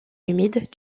humides